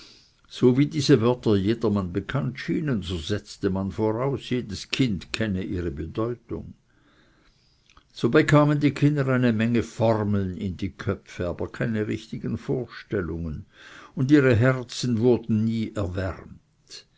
so wie diese wörter jedermann bekannt schienen so setzte man voraus jedes kind kenne ihre bedeutung so bekamen die kinder eine menge formeln in die köpfe aber keine richtigen vorstellungen und ihre herzen wurden nie erwärmt